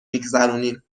میگذرونیم